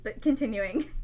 Continuing